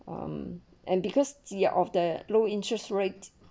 um and because ya of the low interest rate